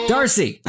Darcy